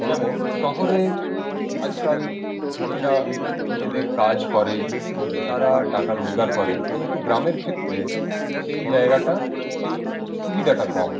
যেমন শহরে আজ কাল মেয়েরা নিজেদের কাজ করে তারা টাকা রোজগার করে কিন্তু গ্রামের ক্ষেত্রে সেই জায়গাটা সেই সুবিধাটা কম